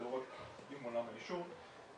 לרבות עולם העישון,